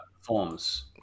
forms